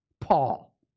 Paul